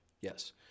yes